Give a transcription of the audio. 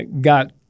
got